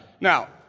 Now